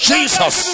Jesus